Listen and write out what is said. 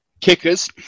Kickers